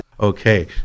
Okay